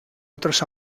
otros